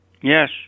Yes